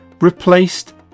replaced